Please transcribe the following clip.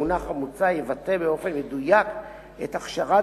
המונח המוצע יבטא באופן מדויק את הכשרת